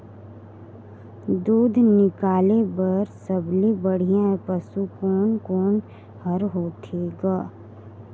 दूध निकाले बर सबले बढ़िया पशु कोन कोन हर होथे ग?